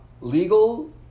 Legal